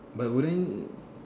but wouldn't